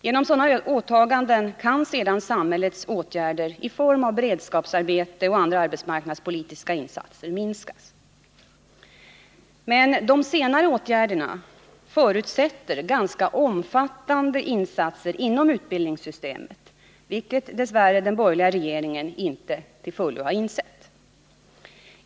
Genom sådana åtaganden kan sedan samhällets åtgärder i form av beredskapsarbete och andra arbetsmarknadspolitiska insatser minskas. Men de senare åtgärderna förutsätter ganska omfattande insatser inom utbildningssystemet, vilket dess värre den borgerliga regeringen inte till fullo har insett.